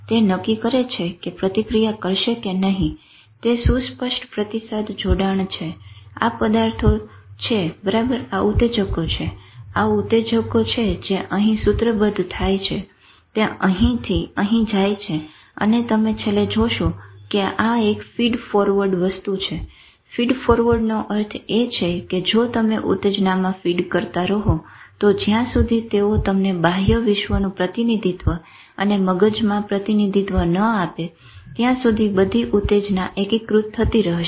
તે નક્કી કરે છે કે તે પ્રતિક્રિયા કરશે કે નહી તે સુસ્પષ્ટ પ્રતિસાદ જોડાણ છે આ પદાર્થો છે બરાબર આ ઉતેજકો છે આ ઉતેજકો છે જે અહી સુત્રબધ થાય છે તે અહીંથી અહી જાય છે અને તમે છેલ્લે જોશો કે આ એક ફીડ ફોરવર્ડ વસ્તુ છે ફીડ ફોરવર્ડનો અર્થ એ છે કે જો તમે ઉતેજ્નામાં ફીડ કરતા રહો તો જ્યાં સુધી તેઓ તમને બાહ્ય વિશ્વનું પ્રતિનિધિત્વ અને મગજમાં પ્રતિનિધિત્વ ન આપે ત્યાં સુધી બધી ઉતેજના એકીકૃત થતી રહશે